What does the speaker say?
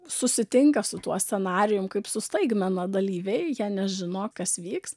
susitinka su tuo scenarijum kaip su staigmeną dalyviai jie nežino kas vyks